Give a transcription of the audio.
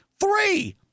Three